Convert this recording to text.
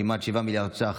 כמעט 7 מיליארד ש"ח,